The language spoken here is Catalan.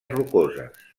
rocoses